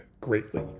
greatly